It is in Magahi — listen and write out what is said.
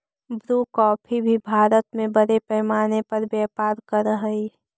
ब्रू कॉफी भी भारत में बड़े पैमाने पर व्यापार करअ हई